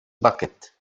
bucket